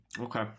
okay